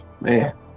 man